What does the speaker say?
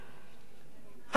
המדויק: